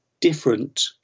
different